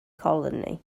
colony